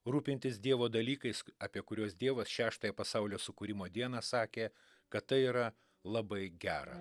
rūpintis dievo dalykais apie kuriuos dievas šeštąją pasaulio sukūrimo dieną sakė kad tai yra labai gera